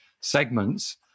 segments